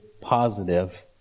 positive